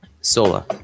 Sola